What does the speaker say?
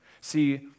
See